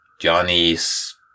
Johnny's